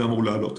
זה אמור לעלות.